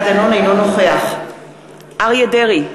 אינו נוכח אריה דרעי,